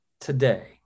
today